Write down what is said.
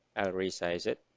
i'll resize it.